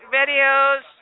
videos